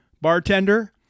bartender